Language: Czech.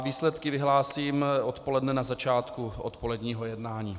Výsledky vyhlásím odpoledne na začátku odpoledního jednání.